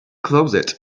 closet